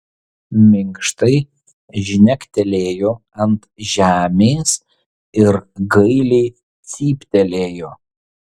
minkštai žnektelėjo ant žemės ir gailiai cyptelėjo